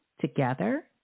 together